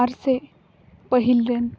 ᱟᱨᱥᱮ ᱯᱟᱹᱦᱤᱞ ᱨᱮᱱ